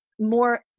more